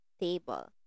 table